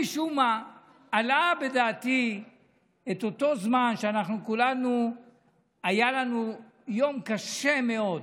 משום מה עלה בדעתי אותו זמן שלכולנו היה יום קשה מאוד,